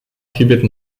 chybět